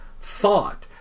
thought